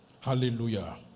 Hallelujah